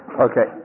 okay